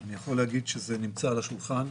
אני יכול להגיד שזה נמצא על השולחן,